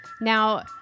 Now